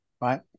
right